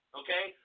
okay